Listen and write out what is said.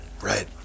right